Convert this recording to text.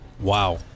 wow